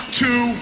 two